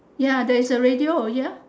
ya there is a radio ya